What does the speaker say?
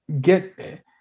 get